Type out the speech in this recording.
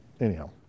anyhow